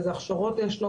איזה הכשרות יש לו,